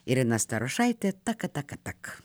irena starošaitė takatakatak